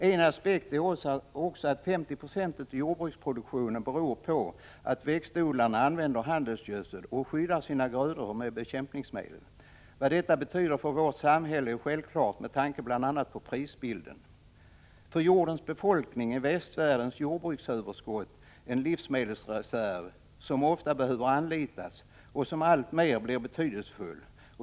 En annan aspekt är att ca 50 90 av jordbruksproduktionen beror på att växtodlarna använder handelsgödsel och skyddar sina grödor med bekämpningsmedel. Vad detta betyder för vårt samhälle är självklart med tanke på bl.a. prisbilden. För jordens befolkning är västvärldens jordbruksöverskott en livsmedelsreserv, som ofta behöver anlitas och som blir alltmer betydelsefull.